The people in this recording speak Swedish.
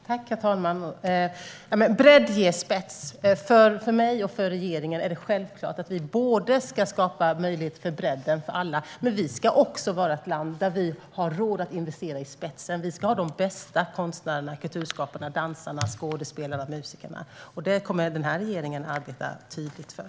Herr talman! Bredd ger spets. För mig och för regeringen är det självklart att vi både ska skapa möjligheter för bredden - för alla - och vara ett land som har råd att investera i spetsen. Vi ska ha de bästa konstnärerna, kulturskaparna, dansarna, skådespelarna och musikerna. Det kommer denna regering att arbeta tydligt för.